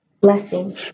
blessing